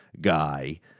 guy